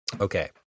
Okay